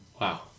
wow